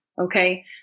okay